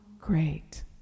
great